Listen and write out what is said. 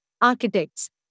architects